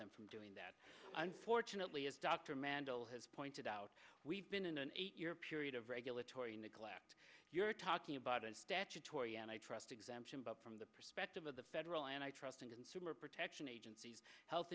them from doing that unfortunately as dr mandell has pointed out we've been in an eight year period of regulatory in the collapse you're talking about and statutory and i trust exemption but from the perspective of the federal antitrust and consumer protection agencies health